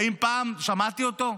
האם פעם שמעתי אותו?